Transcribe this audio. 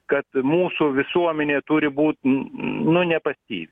kad mūsų visuomenė turi būt nu nepasyvi